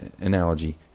analogy